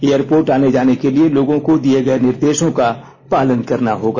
airport आने जाने के लिए लोगों को दिए गये निर्देषों का पालन करना होगा